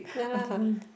ya lah